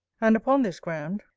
and upon this ground,